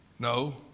No